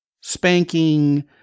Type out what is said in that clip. spanking